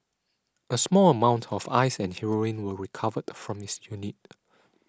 a small amount of ice and heroin were recovered from his unit